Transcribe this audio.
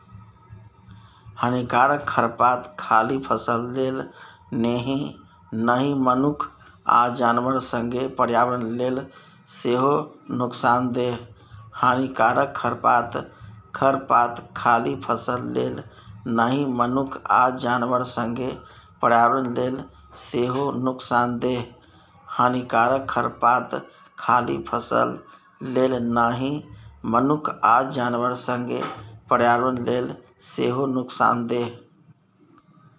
हानिकारक खरपात खाली फसल लेल नहि मनुख आ जानबर संगे पर्यावरण लेल सेहो नुकसानदेह